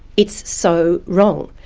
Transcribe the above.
it's so wrong,